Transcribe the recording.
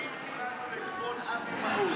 יש לך עוד שבועיים,